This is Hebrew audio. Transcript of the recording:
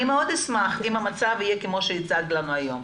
אני מאוד אשמח אם המצב הוא כפי שהצגת לנו היום,